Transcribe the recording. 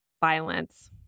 violence